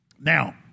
Now